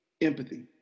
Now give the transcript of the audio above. empathy